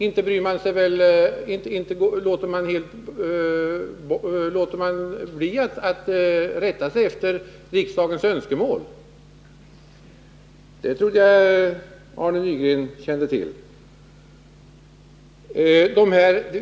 Inte låter regeringen bli att rätta sig efter riksdagens önskemål. Det trodde jag att Arne Nygren kände till.